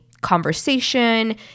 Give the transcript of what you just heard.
conversation